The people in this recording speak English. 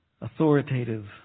authoritative